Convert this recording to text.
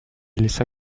laissa